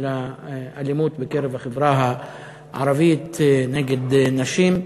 על אלימות בקרב החברה הערבית נגד נשים.